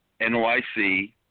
NYC